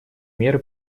меры